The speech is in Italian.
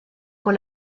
con